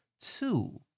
two